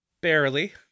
barely